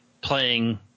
playing